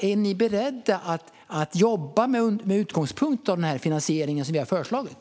Är ni beredda att jobba med utgångspunkt i den finansiering som vi har föreslagit?